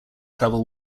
travel